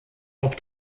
auf